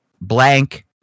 blank